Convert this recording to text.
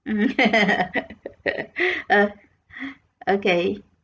mm uh okay